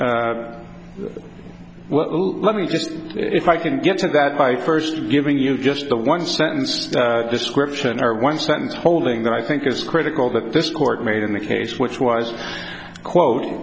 well let me just if i can get to that by first giving you just the one sentence description are one sentence holding that i think is critical that this court made in the case which was quote